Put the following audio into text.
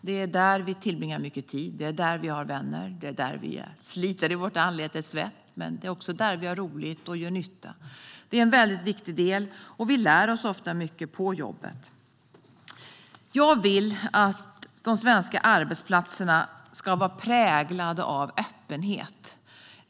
Det är där vi tillbringar mycket tid, och det är där vi har vänner. Det är där vi sliter i vårt anletes svett, men det är också där vi har roligt och gör nytta. Det är en väldigt viktig del, och vi lär oss ofta mycket på jobbet. Jag vill att de svenska arbetsplatserna ska vara präglade av öppenhet.